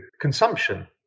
consumption